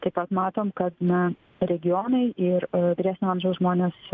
taip pat matom kad na regionai ir vyresnio amžiaus žmonės